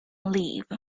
leave